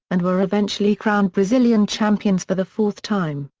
and were eventually crowned brazilian champions for the fourth time,